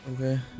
Okay